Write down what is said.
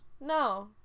No